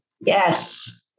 Yes